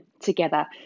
together